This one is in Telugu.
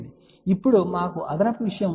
కాబట్టి ఇప్పుడు మాకు అదనపు విషయం ఉంది